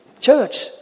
church